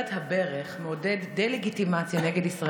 "הברך" מעודד דה-לגיטימציה כלפי ישראל,